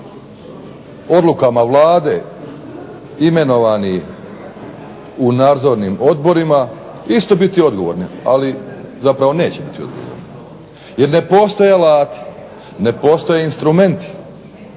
odlukama Vlade imenovani u nadzornim odborima isto biti odgovorni, zapravo neće biti odgovorni, jer ne postoje alati, ne postoje argumenti,